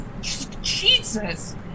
Jesus